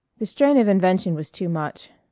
the strain of invention was too much.